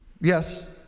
Yes